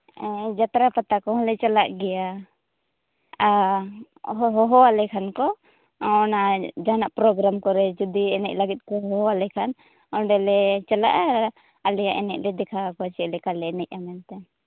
ᱡᱟᱛᱨᱟ ᱯᱟᱛᱟ ᱠᱚᱦᱚᱸ ᱞᱮ ᱪᱟᱞᱟᱜ ᱜᱮᱭᱟ ᱦᱚᱦᱚᱣᱟᱞᱮ ᱠᱷᱟᱱ ᱠᱚ ᱚᱱᱟ ᱡᱟᱦᱟᱸᱱᱟᱜ ᱯᱨᱳᱜᱨᱟᱢ ᱠᱚᱨᱮ ᱡᱩᱫᱤ ᱮᱱᱮᱡ ᱞᱟᱹᱜᱤᱫ ᱠᱚ ᱦᱚᱦᱚᱣᱟᱞᱮ ᱠᱷᱟᱱ ᱚᱸᱰᱮ ᱞᱮ ᱪᱟᱞᱟᱜᱼᱟ ᱟᱞᱮᱭᱟᱜ ᱮᱱᱮᱡ ᱞᱮ ᱫᱮᱠᱷᱟᱣᱟ ᱠᱚᱣᱟ ᱪᱮᱫ ᱞᱮᱠᱟᱞᱮ ᱮᱱᱮᱡᱼᱟ ᱢᱮᱱᱛᱮ